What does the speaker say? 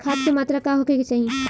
खाध के मात्रा का होखे के चाही?